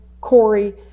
Corey